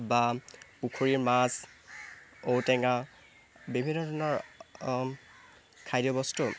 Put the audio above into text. বা পুখুৰীৰ মাছ ঔটেঙা বিভিন্ন ধৰণৰ খাদ্যবস্তু